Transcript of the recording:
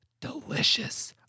delicious